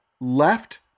left